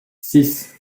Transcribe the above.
six